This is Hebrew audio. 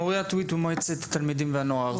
מוריה טויטו, מועצת התלמידים והנוער,